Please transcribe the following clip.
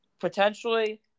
Potentially